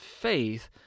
faith